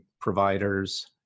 providers